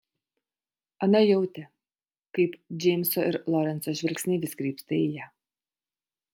ana jautė kaip džeimso ir lorenco žvilgsniai vis krypsta į ją